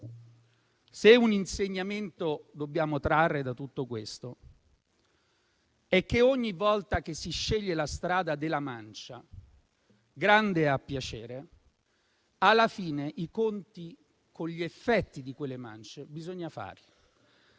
Se da tutto questo dobbiamo trarre un insegnamento, è che ogni volta che si sceglie la strada della mancia, grande a piacere, alla fine i conti con gli effetti di quelle mance bisogna farli.